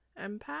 Empath